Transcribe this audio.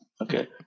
Okay